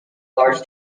large